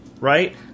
right